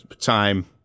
time